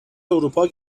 اروپا